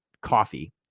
coffee